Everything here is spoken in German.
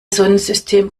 sonnensystem